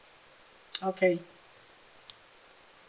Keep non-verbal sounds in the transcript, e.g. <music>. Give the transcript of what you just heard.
<noise> okay